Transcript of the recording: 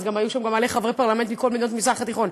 אז היו שם גם מלא חברי פרלמנט מכל מדינות המזרח התיכון.